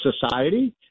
society